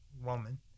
woman